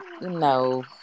no